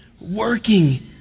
working